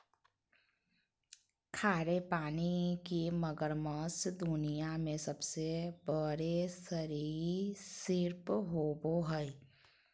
खारे पानी के मगरमच्छ दुनिया में सबसे बड़े सरीसृप होबो हइ